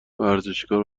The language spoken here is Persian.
ورزشکار